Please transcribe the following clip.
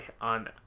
on